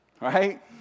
right